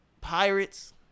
pirates